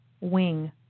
wing